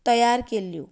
तयार केल्ल्यो